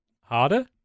harder